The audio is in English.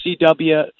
CW